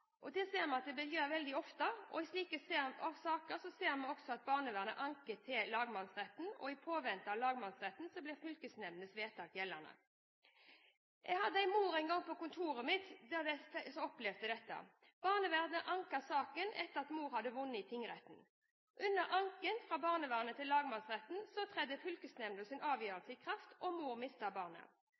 slike saker ser vi også at barnevernet anker til lagmannsretten. I påvente av utfallet i lagmannsretten blir fylkesnemndens vedtak gjeldende. Jeg hadde en gang en mor på kontoret mitt som opplevde dette. Barnevernet anket saken etter at mor hadde vunnet i tingretten. Under anken fra barnevernet til lagmannsretten trådte fylkesnemndens avgjørelse i kraft, og mor mistet barnet.